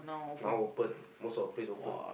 now open most of the place open